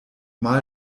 mal